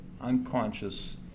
unconscious